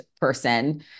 person